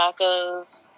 tacos